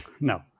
no